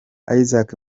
isaac